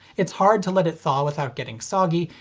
it's hard to let it thaw without getting soggy.